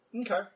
Okay